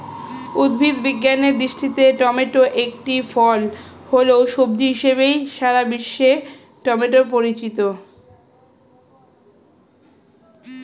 উদ্ভিদ বিজ্ঞানের দৃষ্টিতে টমেটো একটি ফল হলেও, সবজি হিসেবেই সারা বিশ্বে টমেটো পরিচিত